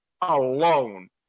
alone